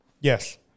Yes